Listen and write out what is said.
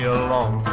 alone